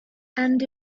and